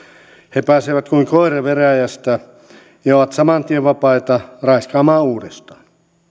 he pääsevät kuin koirat veräjästä ja ovat saman tien vapaita raiskaamaan uudestaan